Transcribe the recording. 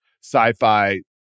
sci-fi